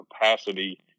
capacity